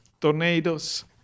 tornadoes